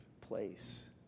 place